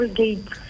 gate